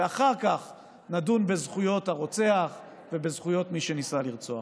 ואחר כך נדון בזכויות הרוצח ובזכויות מי שניסה לרצוח.